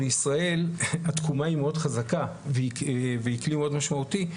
בישראל התקומה היא מאוד חזקה והיא כלי מאוד משמעותי.